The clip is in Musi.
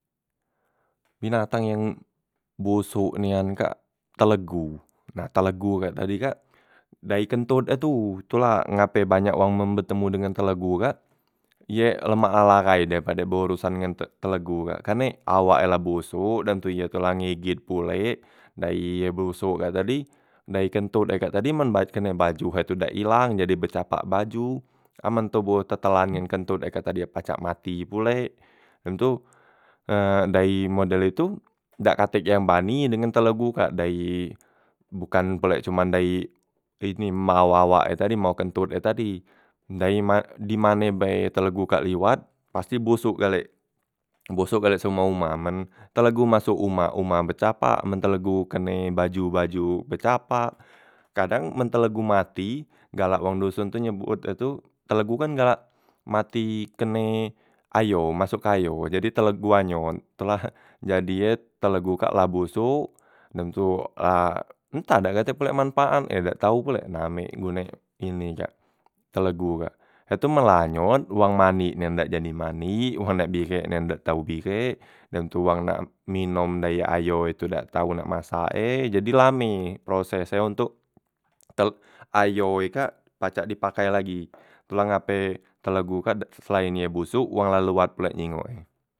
Binatang yang bosok nian kak telegu. Nah telegu kak tadi kak dayi kentot e tu, tu la ngape banyak wong men betemu dengan telegu kak ye lemak la larai daripada berorosan ngan te telegu kak, karne awak e la bosok dem tu ye la ngigit pulek, dayi ye bosok kak tadi dayi kentot ye kak tadi men baj kene baju kak tu dak ilang jadi becapak baju, amen toboh tetelan ngen kentot ye kak tadi e pacak mati pulek, dem tu dayi model itu dak katek yang bani dengen telegu kak, dayi bukan pulek cuman dayi ini mak wawak e tadi mau kentot e tadi, dayi ma dimane bae telegu kak liwat pasti bosok gale bosok gale seoma- oma, men telegu masok uma uma becapak men telegu kene baju baju becapak, kadang men telegu mati galak wong doson nyebut ye tu telegu kan galak mati kene ayo masok ke ayo jadi telegu anyot. Tu lah jadi ye telegu kak la bosok dem tu la entah dak katek pulek manpaatnye dak tau pulek namek gunek ini kak telegu kak. Ye tu men la anyot wong manik nan dak jadi mandik, wong bihek nan dak tau bihek, dem tu wong nak minom dayi ayo itu dak tau nak masak e, jadi lame proses e ontok tel ayo e kak pacak dipakai lagi. Tu la ngape telegu kak dak se selaen ye bosok wong la luat pulek nyingok e.